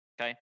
Okay